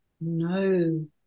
no